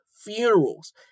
funerals